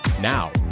Now